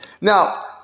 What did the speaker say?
Now